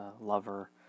lover